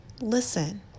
listen